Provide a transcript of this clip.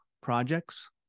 projects